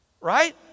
Right